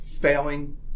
failing